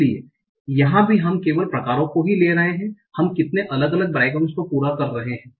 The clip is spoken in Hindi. इसलिए यहां भी हम केवल प्रकारों को ले रहे हैं हम कितने अलग अलग बाइग्राम्स को पूरा कर रहे हैं